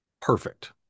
perfect